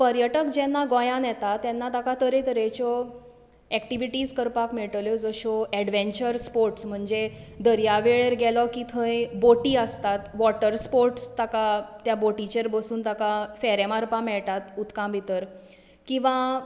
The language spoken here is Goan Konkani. पर्यटक जेन्ना गोंयांत येतात तेन्ना तांका तरेतरेच्यो एक्टीवीटीस करपाक मेळटल्यो ज्यो अश्यो एडवेन्चर स्पोर्ट्स म्हणजे दर्या वेळेर गेलो की थंय बोटी आसतात वाॅटर स्पोर्ट्स ताका त्या बोटीचेर बसून ताका फेरे मारपाक मेळटा उदकांत भितर किंवां